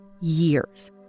years